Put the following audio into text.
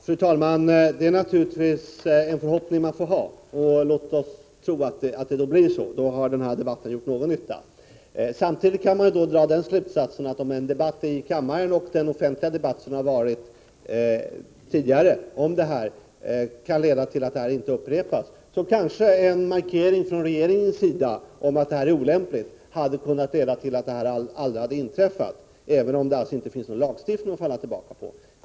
Fru talman! Det är naturligtvis en förhoppning man får ha, och låt oss tro att det blir på detta sätt. I så fall har den här debatten gjort någon nytta. Samtidigt kan man då dra den slutsatsen, att om denna debatt här i kammaren, och den offentliga debatt som förts, kan leda till att saken inte upprepas, så kanske en markering från regeringens sida, att detta är olämpligt, hade kunnat leda till att något sådant här aldrig inträffat — även om det alltså inte finns någon lagstiftning att falla tillbaka på.